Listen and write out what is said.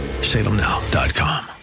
Salemnow.com